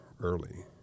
early